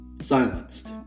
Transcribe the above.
silenced